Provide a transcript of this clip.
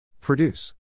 Produce